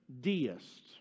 deists